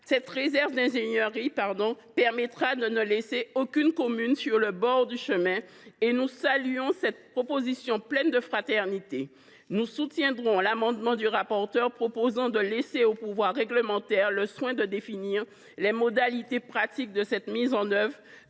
cette réserve d’ingénierie permettra de ne laisser aucune commune sur le bord du chemin. Nous saluons cette proposition qui traduit un objectif de fraternité. Nous soutiendrons l’amendement du rapporteur visant à laisser au pouvoir réglementaire le soin de définir les modalités pratiques de mise en œuvre